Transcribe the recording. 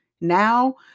now